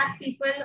people